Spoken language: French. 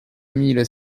mille